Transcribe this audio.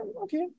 okay